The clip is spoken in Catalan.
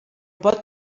pot